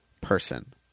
person